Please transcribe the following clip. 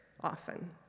often